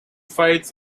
fights